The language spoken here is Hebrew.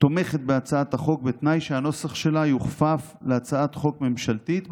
תומכת בהצעת החוק בתנאי שהנוסח שלה יוכפף להצעת חוק ממשלתית בנושא,